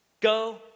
go